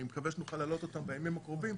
אני מקווה שנוכל להעלות אותן בימים הקרובים,